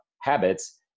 habits